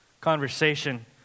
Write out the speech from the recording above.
conversation